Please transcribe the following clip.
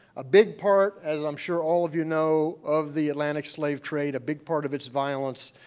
a big part as i'm sure all of you know of the atlantic slave trade, a big part of its violence,